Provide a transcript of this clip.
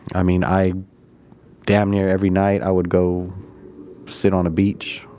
i mean, i damn near every night i would go sit on a beach,